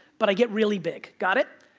but i get really big, got it?